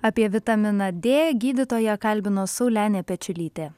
apie vitaminą dė gydytoją kalbino saulenė pečiulytė